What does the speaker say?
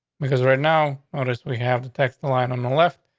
because right now noticed we have detected the line on the left.